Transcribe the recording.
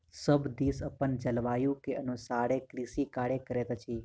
सभ देश अपन जलवायु के अनुसारे कृषि कार्य करैत अछि